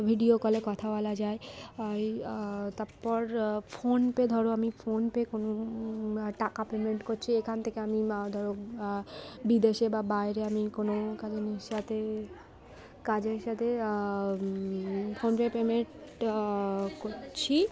video কলে কথা বলা যায় আয় তারপর ফোন পে ধরো আমি ফোন পে কোনো টাকা পেমেন্ট করছি এখান থেকে আমি ধরো বিদেশে বা বাইরে আমি কোনো কাজের সাথে কাজের সাথে ফোন পে পেমেন্ট করছি